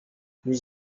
nous